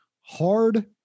hard